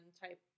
type